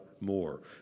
more